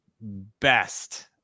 best